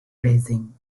raising